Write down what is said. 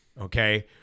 Okay